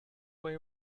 way